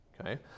Okay